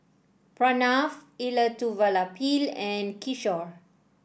Pranav Elattuvalapil and Kishore